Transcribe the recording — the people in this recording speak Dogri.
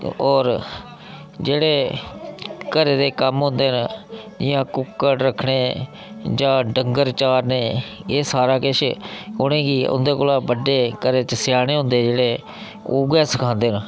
होर जेह्ड़े घरै दे कम्म होंदे न जि'यां कुक्कड़ रक्खने जां डंगर चारने एह् सारा किश उ'नेंगी उं'दे कोला बड्डे घरै च सेआने होंदे जेह्ड़े उ'यै सखांदे न